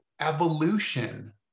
evolution